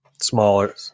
smaller